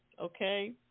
okay